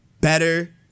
better